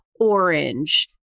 orange